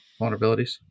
vulnerabilities